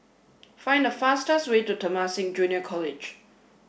find the fastest way to Temasek Junior College